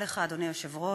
אדוני היושב-ראש,